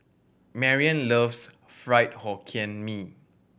Marrion loves Fried Hokkien Mee